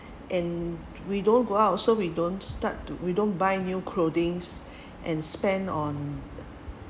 and we don't go out so we don't start to we don't buy new clothings and spend on